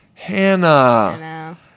Hannah